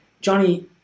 Johnny